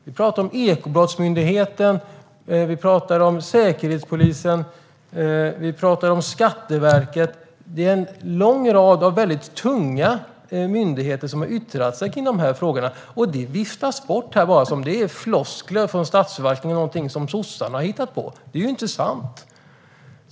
Vi talar om Ekobrottsmyndigheten, Säkerhetspolisen, Skatteverket. Det är en lång rad väldigt tunga myndigheter som har yttrat sig i den här den frågan. Det viftas bort som floskler från statsförvaltningen och någonting som sossarna har hittat på. Det är ju inte sant.